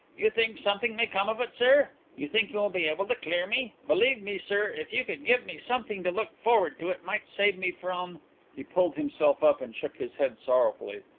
you think something may come of it, sir? you think you will be able to clear me? believe me, sir, if you could give me something to look forward to it might save me from he pulled himself up and shook his head sorrowfully.